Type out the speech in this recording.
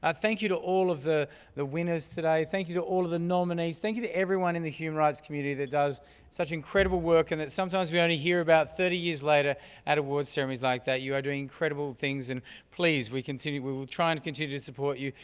ah thank you to all of the the winners today. thank you to all of the nominees. thank you to everyone in the human rights community that does such incredible work and that sometimes we only hear about thirty years later at awards ceremonies like that. you are doing incredible things and please, we will try and continue to support you.